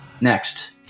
next